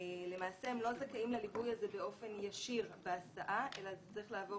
למעשה הם לא זכאים לליווי הזה באופן ישיר בהסעה אלא זה צריך לעבור